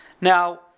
Now